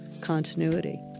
continuity